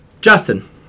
Justin